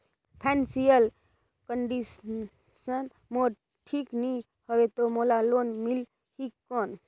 Financial condition मोर ठीक नी हवे तो मोला लोन मिल ही कौन??